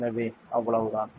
எனவே அவ்வளவுதான்